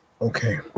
Okay